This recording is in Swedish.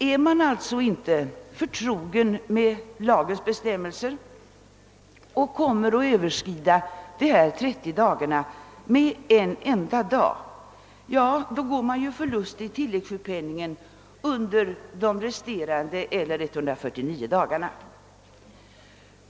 Är man inte förtrogen med lagens bestämmelser utan överskrider de 30 dagarna med en enda dag, ja, då går man förlustig tilläggssjukpenningen under resten av ledigheten — det kan bli upp till 149 dagar.